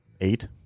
Eight